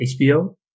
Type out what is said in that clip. hbo